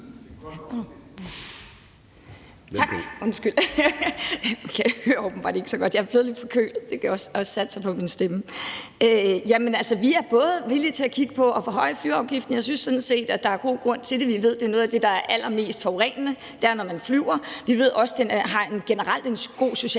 Tak. Undskyld, jeg hører åbenbart ikke så godt. Jeg er blevet lidt forkølet. Det har også sat sig på min stemme. Vi er både villige til at kigge på at forhøje flyafgiften – og jeg synes sådan set, der er god grund til det, for vi ved, at det, at man flyver, er noget af det, der er allermest forurenende, og vi ved også, at den har en generelt god social